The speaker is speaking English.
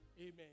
Amen